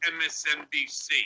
MSNBC